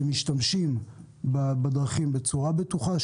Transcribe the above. שמשתמשים בדרכים בצורה בטוחה,